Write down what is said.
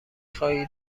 خواهی